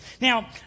Now